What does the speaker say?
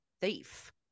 thief